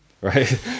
right